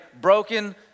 broken